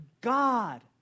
god